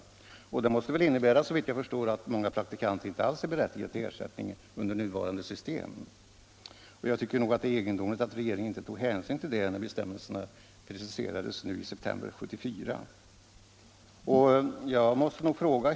Såvitt jag förstår innebär detta att många praktikanter inte alls är berättigade till ersättning under nuvarande system. Jag tycker det är egendomligt att regeringen inte tog hänsyn till detta när bestämmelserna preciserades i september 1974.